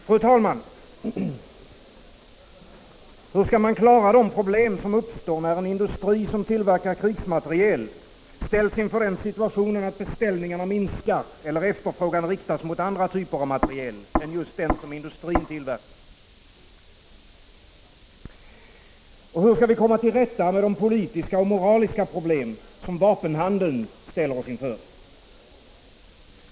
Fru talman! Hur skall man klara de problem som uppstår när en industri, som tillverkar krigsmateriel, ställs inför den situationen att beställningarna minskar eller efterfrågan riktas mot andra typer av materiel än just den som industrin tillverkar? Och hur skall vi komma till rätta med de politiska och moraliska problem som vapenhandeln ställer oss inför?